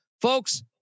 folks